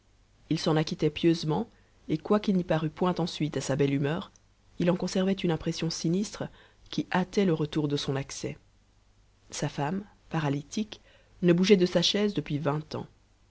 il s'en acquittait pieusement et quoiqu'il n'y parût point ensuite à sa belle humeur il en conservait une impression sinistre qui hâtait le retour de son accès sa femme paralytique ne bougeait de sa chaise depuis vingt ans